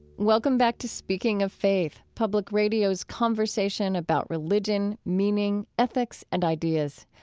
welcome back to speaking of faith, public radio's conversation about religion, meaning, ethics and ideas.